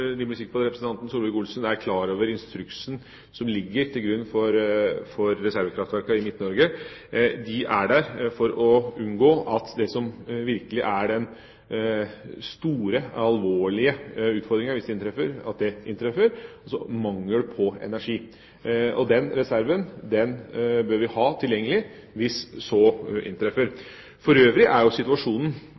på at representanten Solvik-Olsen er klar over instruksen som ligger til grunn for reservekraftverkene i Midt-Norge. De er der for å unngå at den virkelig store, alvorlige utfordringa – mangel på energi – skal inntreffe. Den reserven bør vi ha tilgjengelig hvis dette inntreffer. For øvrig er ikke situasjonen